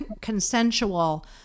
consensual